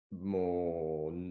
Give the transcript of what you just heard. more